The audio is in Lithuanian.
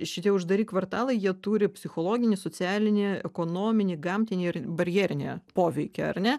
šitie uždari kvartalai jie turi psichologinį socialinį ekonominį gamtinį ir barjerinį poveikį ar ne